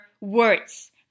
words